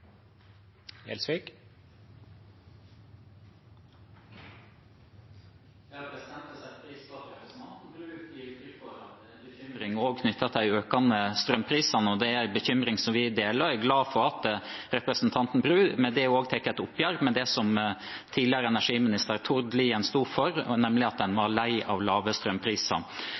Jeg setter pris på at representanten Bru gir uttrykk for bekymring knyttet til de økte strømprisene, og det er en bekymring som vi deler. Jeg er glad for at representanten Bru med det tar et oppgjør med det som tidligere energiminister Tord Lien sto for, nemlig at man var lei av lave strømpriser.